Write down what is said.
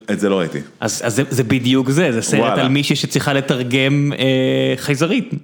את זה לא ראיתי. אז זה בדיוק זה, זה סרט על מישהי שצריכה לתרגם חייזרית.